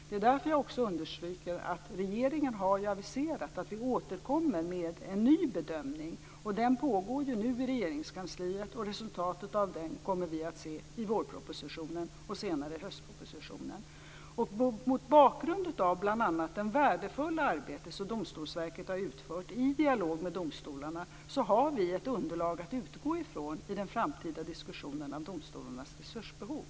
Det är därför jag också understryker att regeringen ju har aviserat att vi återkommer med en ny bedömning. Det arbetet pågår nu i Regeringskansliet, och resultatet av det kommer vi att se i vårpropositionen och senare i höstpropositionen. Mot bakgrund av bl.a. det värdefulla arbete som Domstolsverket har utfört i dialog med domstolarna har vi ett underlag att utgå ifrån i den framtida diskussionen om domstolarnas resursbehov.